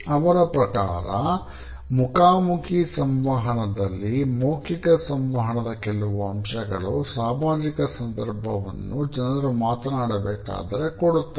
ಅವರ ಪ್ರಕಾರ ಮುಖಾಮುಖಿ ಸಂವಹನದಲ್ಲಿ ಮೌಖಿಕ ಸಂವಹನದ ಕೆಲವು ಅಂಶಗಳು ಸಾಮಾಜಿಕ ಸಂದರ್ಭವನ್ನು ಜನರು ಮಾತನಾಡಬೇಕಾದರೆ ಕೊಡುತ್ತದೆ